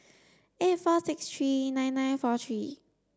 eight four six three nine nine four three